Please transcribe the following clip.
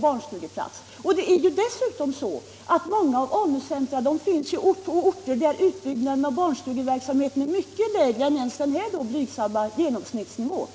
barnstugeplats, och dessutom finns många AMU-centrer på orter där utbyggnaden av barnstugeverksamheten sker på en mycket lägre nivå än den blygsamma genomsnittsnivån.